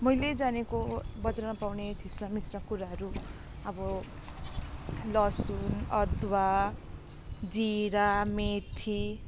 मैले जानेको बजारमा पाउने खिच्रामिच्रा कुराहरू अब लसुन अदुवा जिरा मेथी